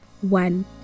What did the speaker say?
one